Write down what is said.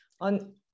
on